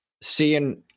seeing